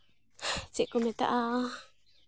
ᱪᱮᱫ ᱠᱚ ᱢᱮᱛᱟᱫᱼᱟ